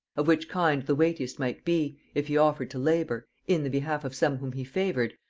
of which kind the weightiest might be, if he offered to labor, in the behalf of some whom he favored,